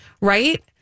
right